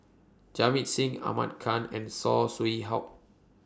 Jamit Singh Ahmad Khan and Saw Swee Hock